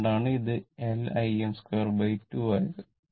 അതുകൊണ്ടാണ് ഇത് L Im 2 2 ആണ്